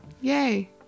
Yay